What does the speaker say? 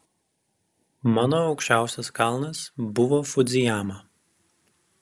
mano aukščiausias kalnas buvo fudzijama